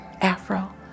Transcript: afro